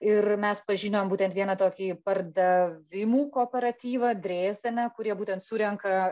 ir mes pažiniom būtent vieną tokį pardavimų kooperatyvą drezdene kurie būtent surenka